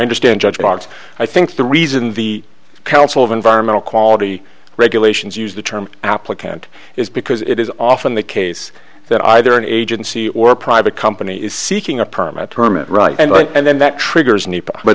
understand judge box i think the reason the council of environmental quality regulations use the term applicant is because it is often the case that either an agency or a private company is seeking a permit term and right and then that triggers